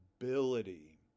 ability